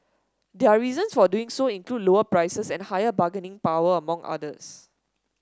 their reasons for doing so include lower prices and higher bargaining power among others